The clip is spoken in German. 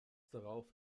darauf